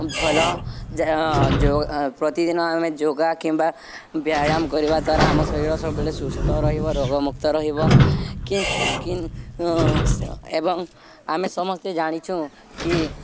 ଭଲ ଯ ଯୋ ପ୍ରତିଦିନ ଆମେ ଯୋଗା କିମ୍ବା ବ୍ୟାୟାମ କରିବା ଦ୍ୱାରା ଆମ ଶରୀର ସବୁବେଳେ ସୁସ୍ଥ ରହିବ ରୋଗମୁକ୍ତ ରହିବ କି କିନ୍ ଏବଂ ଆମେ ସମସ୍ତେ ଜାଣିଛୁ କି